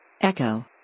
Echo